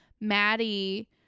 Maddie